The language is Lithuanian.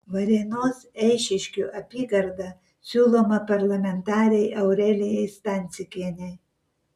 varėnos eišiškių apygarda siūloma parlamentarei aurelijai stancikienei